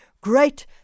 great